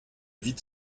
vide